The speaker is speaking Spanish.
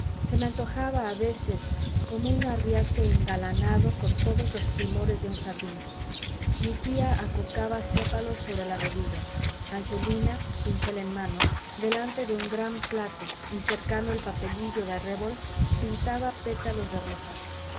se me antojaba a veces como un arriate engalanado con todos los primores de un jardín mi tía acocaba sépalos sobre la rodilla angelina pincel en mano delante de un gran plato y cercano el papelillo de arrebol pintaba pétalos de rosa